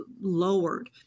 lowered